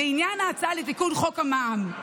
לעניין ההצעה לתיקון חוק המע"מ,